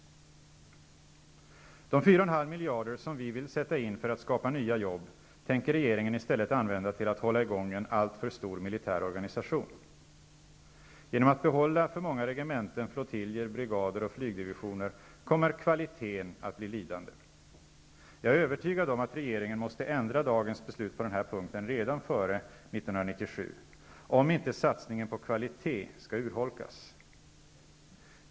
De 4,5 miljarder som vi vill sätta in för att skapa nya jobb tänker regeringen i stället använda till att hålla i gång en alltför stor militär organisation. Genom att behålla för många regementen, flottiljer, brigader och flygdivisioner kommer kvaliteten att bli lidande. Jag är övertygad om att regeringen måste ändra dagens beslut på den här punkten redan före 1997, om inte satsningen på kvalitet skall urholkas.